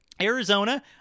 Arizona